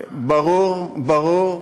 חיסכון, ברור, ברור.